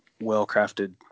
well-crafted